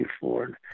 Ford